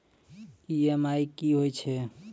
EMI कि होय छै?